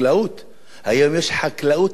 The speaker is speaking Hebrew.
היום יש חקלאות תעשייתית